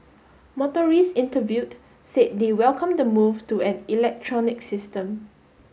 motorists interviewed said they welcome the move to an electronic system